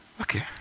Okay